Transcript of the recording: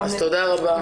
תודה רבה,